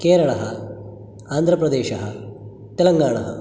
केरलः आन्ध्रप्रदेशः तेलङ्गाणा